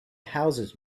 houses